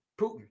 Putin